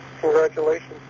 Congratulations